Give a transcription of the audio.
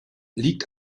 liegt